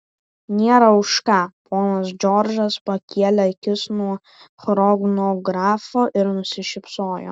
nėra už ką ponas džordžas pakėlė akis nuo chronografo ir nusišypsojo